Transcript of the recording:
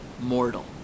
mortal